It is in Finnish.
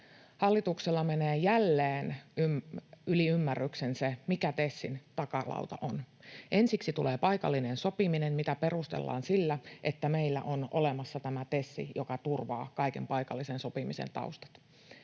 Hallituksella menee jälleen yli ymmärryksen se, mikä TESin takalauta on. Ensiksi tulee paikallinen sopiminen, mitä perustellaan sillä, että meillä on olemassa tämä TES, joka turvaa kaiken paikallisen sopimisen taustat.